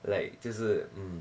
like 就是 hmm